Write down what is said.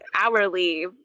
hourly